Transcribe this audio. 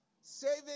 Saving